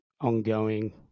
ongoing